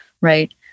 right